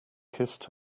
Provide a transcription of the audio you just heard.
kissed